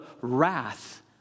wrath